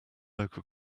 local